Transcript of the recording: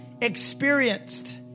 experienced